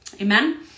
Amen